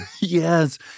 Yes